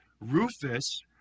Rufus